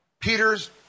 Peter's